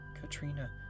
Katrina